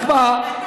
רק מה,